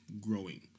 growing